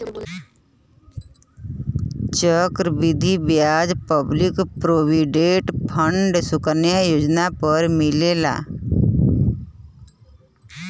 चक्र वृद्धि ब्याज पब्लिक प्रोविडेंट फण्ड सुकन्या योजना पर मिलेला